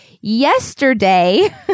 yesterday